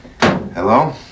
Hello